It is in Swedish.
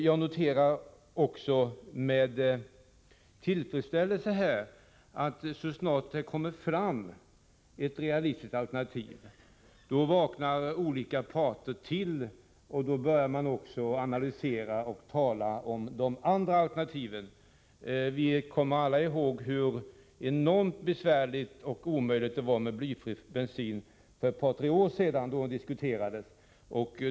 Jag noterar också med tillfredsställelse att så snart det kommer fram ett realistiskt alternativ vaknar olika parter till, och då börjar man också analysera och tala om de andra alternativen. Vi kommer alla ihåg hur enormt besvärligt för att inte säga omöjligt det ansågs vara med blyfri bensin när den frågan diskuterades för ett par tre år sedan.